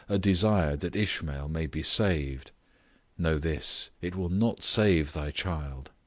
a desire that ishmael may be saved know this, it will not save thy child.